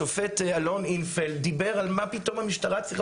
השופט אלון אינפלד דיבר על מה פתאום המשטרה צריכה